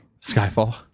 Skyfall